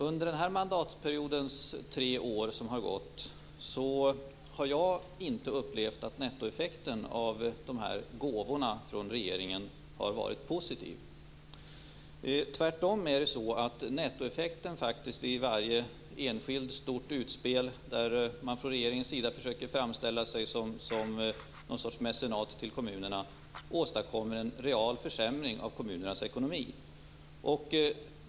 Under de tre år som har gått av denna mandatperiod har jag inte upplevt att nettoeffekten av dessa gåvor från regeringen har varit positiv. Tvärtom är det faktiskt så att nettoeffekten vid varje enskilt stort utspel, då man från regeringen försöker att framställa sig som någon sorts mecenat till kommunerna, åstadkommer en real försämring av kommunernas ekonomi.